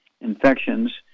infections